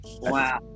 wow